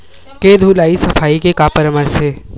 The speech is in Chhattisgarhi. के धुलाई सफाई के का परामर्श हे?